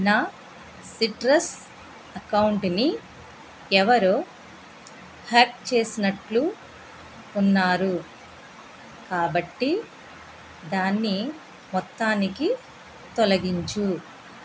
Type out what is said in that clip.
నా citrus account ని ఎవరో హ్యాక్ చేసినట్లు ఉన్నారు కాబట్టి దాన్ని మొత్తానికి తొలగించు